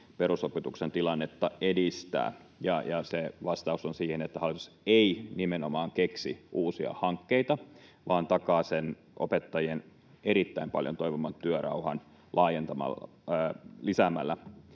perusopetuksen tilannetta edistää. Se vastaus siihen on, että hallitus ei nimenomaan keksi uusia hankkeita vaan takaa sen opettajien erittäin paljon toivoman työrauhan lisäämällä